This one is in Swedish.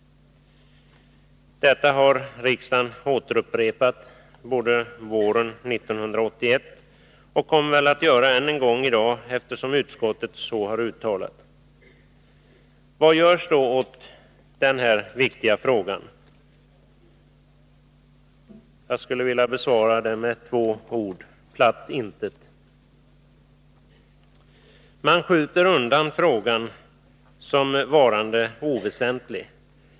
Detta har riksdagen upprepat våren 1981 och kommer väl att göra det än en gång i dag, eftersom utskottet så har föreslagit. Vad görs då åt denna fråga? Jag skulle vilja svara med två ord: Platt intet! Man skjuter undan frågan som varande oväsentlig.